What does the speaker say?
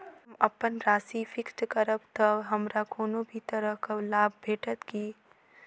हम अप्पन राशि फिक्स्ड करब तऽ हमरा कोनो भी तरहक लाभ भेटत की?